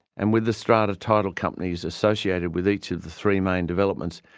and with the strata title companies associated with each of the three main developments,